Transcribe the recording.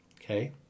Okay